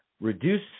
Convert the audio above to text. reduce